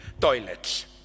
toilets